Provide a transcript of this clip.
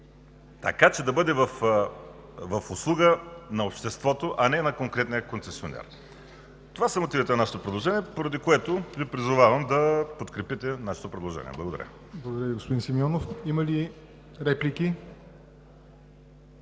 така че да бъде в услуга на обществото, а не на конкретния концесионер. Това са мотивите на нашето предложение, поради което Ви призовавам да го подкрепите. Благодаря. ПРЕДСЕДАТЕЛ ЯВОР НОТЕВ: Благодаря Ви, господин Симеонов. Има ли реплики?